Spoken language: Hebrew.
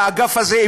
מהאגף הזה,